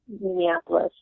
Minneapolis